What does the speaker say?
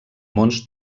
mons